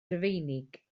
rufeinig